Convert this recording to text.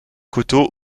coteau